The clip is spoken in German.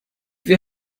wir